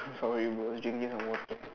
sorry bro I was drinking some water